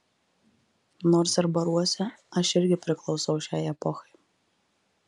nors ir baruosi aš irgi priklausau šiai epochai